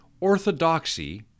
Orthodoxy